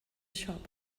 shop